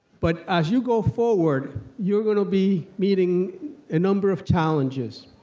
but as you go forward, you're going to be meeting a number of challenges,